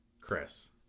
Chris